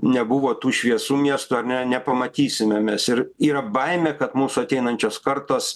nebuvo tų šviesų miesto ar ne nepamatysime mes ir yra baimė kad mūsų ateinančios kartos